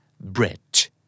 Bridge